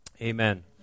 Amen